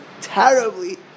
terribly